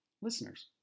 Listeners